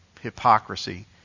hypocrisy